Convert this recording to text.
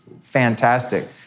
fantastic